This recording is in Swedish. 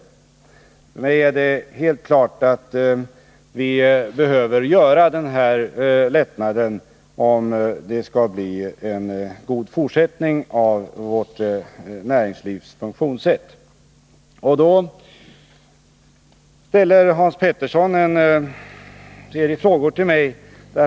För mig är det helt klart att vi behöver göra denna lättnad i beskattningen, om det skall bli en god utveckling av vårt näringslivs funktionssätt. Hans Petersson i Hallstahammar ställer en del frågor till mig.